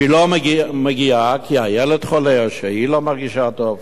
שהיא לא מגיעה כי הילד חולה או שהיא לא מרגישה טוב.